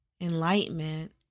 enlightenment